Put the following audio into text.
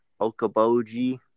Okaboji